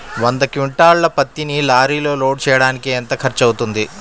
వంద క్వింటాళ్ల పత్తిని లారీలో లోడ్ చేయడానికి ఎంత ఖర్చవుతుంది?